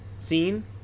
scene